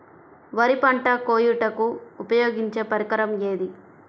వరి పంట కోయుటకు ఉపయోగించే పరికరం ఏది?